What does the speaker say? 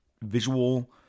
visual